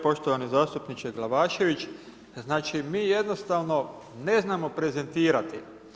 Poštovani zastupniče Glavašević, znači mi jednostavo ne znamo prezentirati.